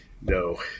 no